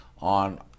on